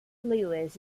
lewis